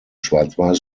schwarzweiß